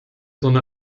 sonne